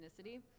ethnicity